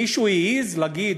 מישהו העז להגיד: